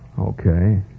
Okay